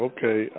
Okay